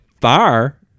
fire